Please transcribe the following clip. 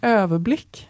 överblick